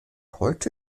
heute